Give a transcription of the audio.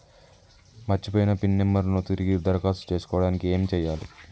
మర్చిపోయిన pin number ను తిరిగి దరఖాస్తు చేసుకోవడానికి ఏమి చేయాలే?